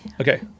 Okay